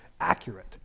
accurate